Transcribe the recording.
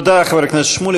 תודה, חבר הכנסת שמולי.